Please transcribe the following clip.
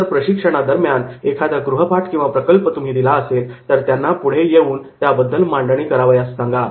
जर प्रशिक्षणादरम्यान एखादा गृहपाठ किंवा प्रकल्प तुम्ही दिला असेल तर त्यांना पुढे येऊन त्याबद्दल मांडणी करावयास सांगा